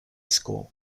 school